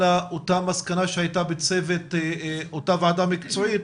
לאותה מסקנה שהייתה בצוות אותה ועדה מקצועית